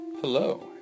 Hello